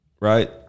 right